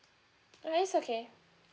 it's okay